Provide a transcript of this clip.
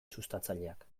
sustatzaileak